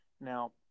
Now